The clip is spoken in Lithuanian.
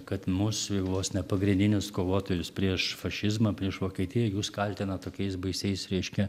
kad mus vos ne pagrindinius kovotojus prieš fašizmą prieš vokietiją jūs kaltinat tokiais baisiais reiškia